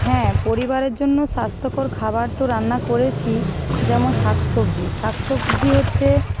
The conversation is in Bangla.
হ্যাঁ পরিবারের জন্য স্বাস্থ্যকর খাবার তো রান্না করেছি যেমন শাক সবজি শাক সবজি হচ্ছে